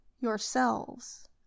yourselves